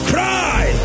Cry